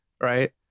right